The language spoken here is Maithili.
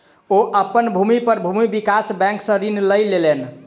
ओ अपन भूमि पर भूमि विकास बैंक सॅ ऋण लय लेलैन